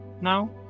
now